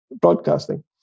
broadcasting